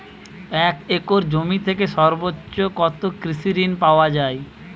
এক একর জমি থেকে সর্বোচ্চ কত কৃষিঋণ পাওয়া য়ায়?